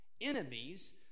Enemies